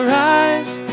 rise